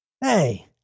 Hey